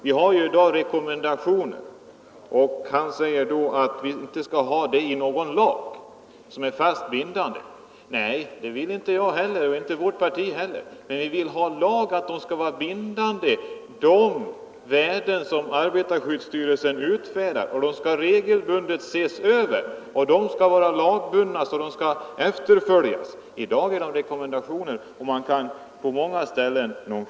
Vi har i dag rekommendationer, och herr Andersson säger att vi inte skall ha sådana i någon lag som är fast bindande. Nej, det vill inte jag heller och inte vårt parti, men vi vill ha en lag som säger att de värden som arbetarskyddsstyrelsen utfärdar skall efterföljas — och de skall regelbundet ses över. Som det nu är nonchaleras rekommendationerna på många ställen.